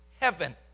heaven